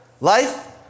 life